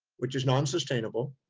which is non-sustainable.